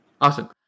awesome